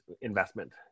investment